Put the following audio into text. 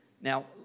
Now